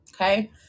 Okay